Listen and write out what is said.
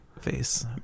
face